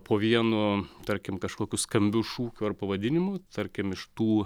po vienu tarkim kažkokiu skambiu šūkiu ar pavadinimu tarkim iš tų